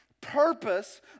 purpose